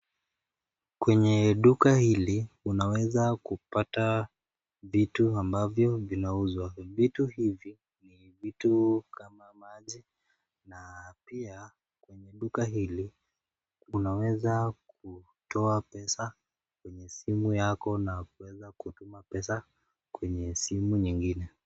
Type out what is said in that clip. Kwenye duka hili unaweza kupata vitu ambavo vinauzwa. vitu hivi ni vitu kama maji na pia kwenye duka hili unaweza kutoa pesa kwenye simu yako na kuweza kutuma pesa kwenye simu nyingine